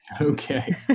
Okay